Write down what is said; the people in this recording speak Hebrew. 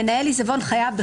"מנהל עיזבון חייב,